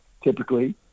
typically